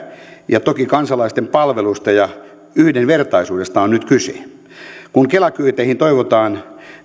ja toki kansalaisten palveluista ja yhdenvertaisuudesta on nyt kyse kun kela kyyteihin toivotaan jonkinlaista